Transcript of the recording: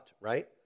right